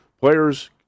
players